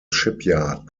shipyard